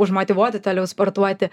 užmotyvuoti toliau sportuoti